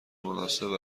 مناسب